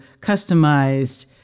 customized